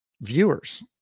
viewers